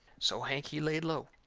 so hank, he laid low.